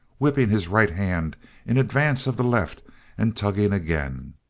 whipping his right hand in advance of the left and tugging again.